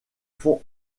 font